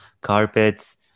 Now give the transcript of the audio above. carpets